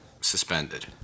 suspended